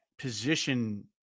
position